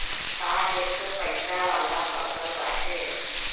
कपास एकठो पइसा वाला फसल बाटे